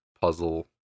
puzzle